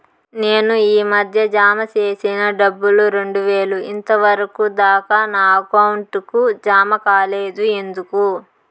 నేను ఈ మధ్య జామ సేసిన డబ్బులు రెండు వేలు ఇంతవరకు దాకా నా అకౌంట్ కు జామ కాలేదు ఎందుకు?